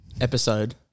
episode